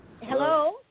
Hello